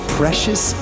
precious